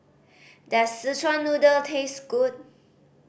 does Szechuan Noodle taste good